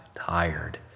tired